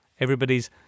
everybody's